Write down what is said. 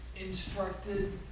Instructed